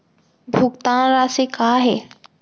भुगतान राशि का हे?